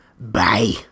Bye